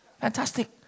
fantastic